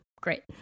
Great